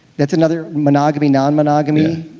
that's another, monogamy non-monogamy,